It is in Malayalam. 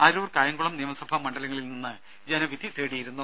അരൂർ കായംകുളം നിയമസഭാ മണ്ഡലങ്ങളിൽ നിന്ന് ജനവിധി തേടിയിരുന്നു